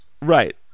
Right